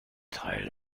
teil